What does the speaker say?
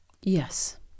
Yes